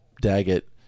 daggett